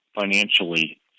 financially